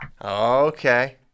Okay